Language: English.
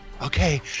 okay